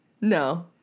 No